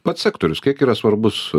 pats sektorius kiek yra svarbus